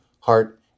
heart